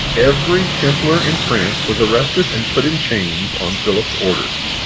every templar in france was arrested and put in chains on philip's orders.